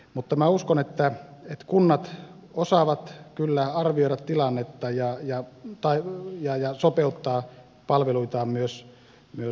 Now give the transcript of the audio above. mutta minä uskon että kunnat osaavat kyllä arvioida tilannetta ja sopeuttaa palveluitaan näihin tilanteisiin